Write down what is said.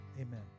amen